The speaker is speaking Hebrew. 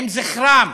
עם זכרם